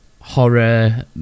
horror